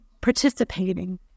participating